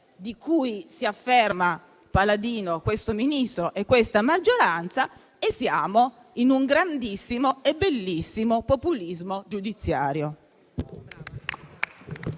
di cui si affermano paladini questo Ministro e questa maggioranza, e siamo in un grandissimo e bellissimo populismo giudiziario.